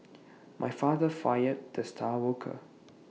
my father fired the star worker